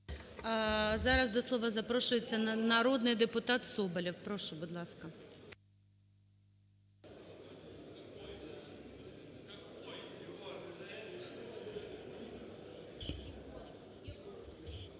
Зараз до слова запрошується народний депутат Соболєв. Прошу, будь ласка.